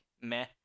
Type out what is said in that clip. meh